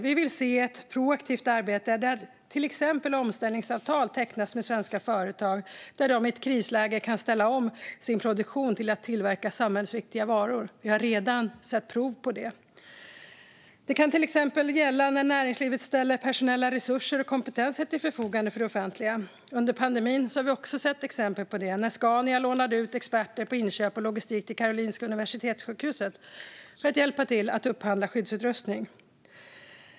Vi vill se ett proaktivt arbete där till exempel omställningsavtal tecknas med svenska företag, så att de i ett krisläge kan ställa om sin produktion till att tillverka samhällsviktiga varor. Vi har redan sett prov på det. Det kan till exempel gälla när näringslivet ställer personella resurser och kompetenser till förfogande för det offentliga. Under pandemin har vi också sett exempel på det, när Scania lånade ut experter på inköp och logistik till Karolinska universitetssjukhuset för att hjälpa till att upphandla skyddsutrustning.